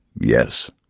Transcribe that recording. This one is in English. yes